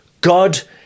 God